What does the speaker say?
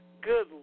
good